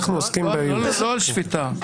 לא על שפיטה.